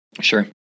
Sure